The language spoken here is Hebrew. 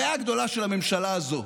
הבעיה הגדולה של הממשלה הזו,